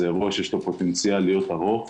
זה אירוע שיש לו פוטנציאל להיות ארוך,